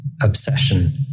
obsession